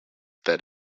that